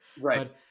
Right